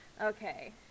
Okay